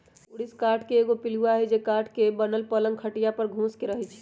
ऊरिस काठ के एगो पिलुआ हई जे काठ के बनल पलंग खटिया पर घुस के रहहै